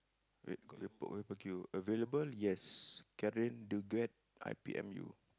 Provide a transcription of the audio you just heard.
wait available yes Karen Duget I P M U